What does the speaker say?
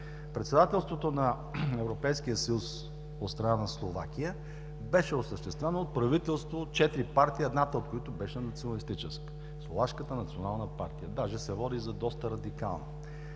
Председателството на Европейския съюз от страна на Словакия беше осъществено от правителство от четири партии – едната, от които беше националистическа – Словашката национална партия, даже се води за доста радикална.